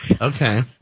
Okay